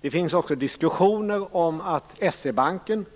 Det finns också diskussioner om att S-E Banken,